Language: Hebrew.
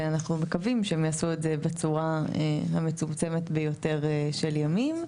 ואנחנו מקווים שהם יעשו את זה בצורה המצומצמת ביותר של ימים.